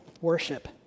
worship